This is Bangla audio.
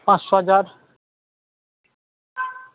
পাঁচশো হাজার